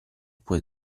puoi